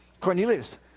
Cornelius